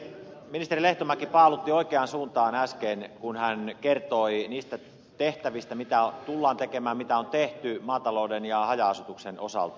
ministeri lehtomäki paalutti oikeaan suuntaan äsken kun hän kertoi niistä tehtävistä mitä tullaan tekemään mitä on tehty maatalouden ja haja asutuksen osalta